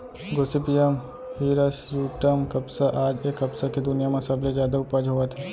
Gossypium hirsutum कपसा आज ए कपसा के दुनिया म सबले जादा उपज होवत हे